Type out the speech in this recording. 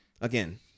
Again